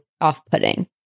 off-putting